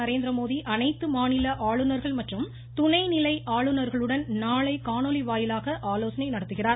நரேந்திரமோடி அனைத்து மாநில ஆளுநர்கள் மற்றும் துணைநிலை ஆளுநர்களுடன் நாளை காணொலி வாயிலாக ஆலோசனை நடத்துகிறார்